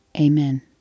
Amen